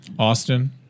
Austin